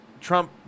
Trump